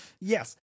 Yes